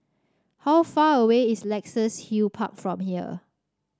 how far away is Luxus Hill Park from here